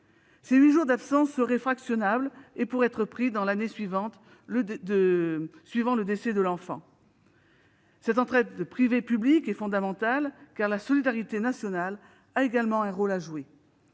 Ces huit jours d'absence seraient fractionnables et pourraient être pris dans l'année suivant le décès de l'enfant. Cette entraide privé-public est fondamentale, car la solidarité nationale a également un rôle à jouer.